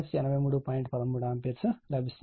13 ampere లభిస్తుంది